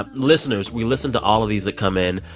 ah listeners, we listen to all of these that come in.